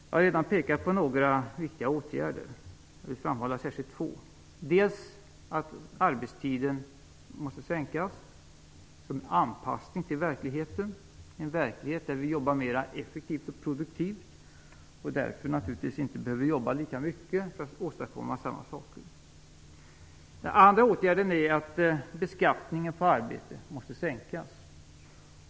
Jag har redan pekat på några viktiga åtgärder. Jag vill framhålla särskilt två. Den första åtgärden är att arbetstiden måste förkortas som en anpassning till verkligheten, en verklighet där vi jobbar mera effektivt och produktivt och därför naturligtvis inte behöver jobba lika mycket för att åstadkomma samma saker. Den andra åtgärden är att beskattningen på arbete måste sänkas.